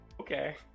Okay